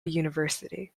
university